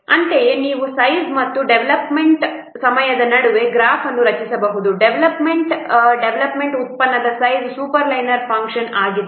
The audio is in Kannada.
ಅಂತೆಯೇ ನೀವು ಸೈಜ್ ಮತ್ತು ಡೆವಲಪ್ಮೆಂಟ್ ಡೆವಲಪ್ಮೆಂಟ್ ಸಮಯದ ನಡುವೆ ಗ್ರಾಫ್ ಅನ್ನು ರಚಿಸಬಹುದು ಡೆವಲಪ್ಮೆಂಟ್ ಡೆವಲಪ್ಮೆಂಟ್ ಉತ್ಪನ್ನದ ಸೈಜ್ ಸೂಪರ್ಲೈನರ್ ಫಂಕ್ಷನ್ ಆಗಿದೆ